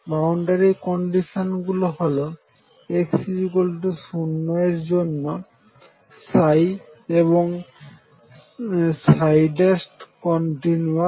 boundary condition গুলি হল x0 এর জন্য এবং কন্টিনিউয়াস